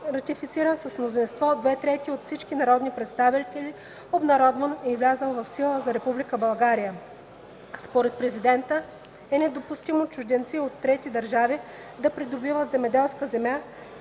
ратифициран с мнозинство две трети от всички народни представители, обнародван и влязъл в сила за Република България. Според Президента е недопустимо чужденци от трети държави да придобиват земеделска земя